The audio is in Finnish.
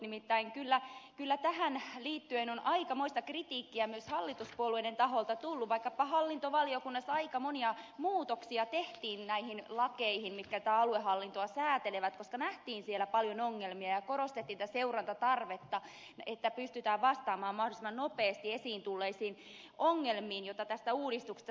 nimittäin kyllä tähän liittyen on aikamoista kritiikkiä myös hallituspuolueiden taholta tullut vaikkapa hallintovaliokunnassa aika monia muutoksia tehtiin näihin lakeihin mitkä aluehallintoa säätelevät koska nähtiin siellä paljon ongelmia ja korostettiin tätä seurantatarvetta että pystytään vastaamaan mahdollisimman nopeasti esiin tulleisiin ongelmiin joita tästä uudistuksesta seuraa